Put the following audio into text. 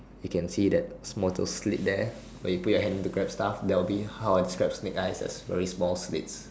you can see that the slit there where you put your hand to Grab stuffs that'll be how I describe snake eyes like very small slits